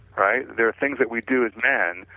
right. there are things that we do with men,